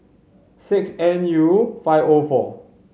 six N U five O four